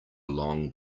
long